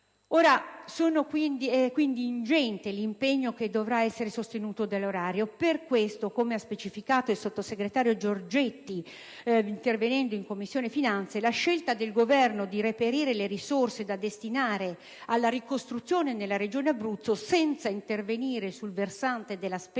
Sarà quindi ingente l'impegno che dovrà essere sostenuto dall'erario. Per questo, come ha specificato il sottosegretario Giorgetti intervenendo in Commissione finanze, la scelta del Governo di reperire le risorse da destinare alla ricostruzione nella Regione Abruzzo, senza intervenire sul versante della spesa pubblica,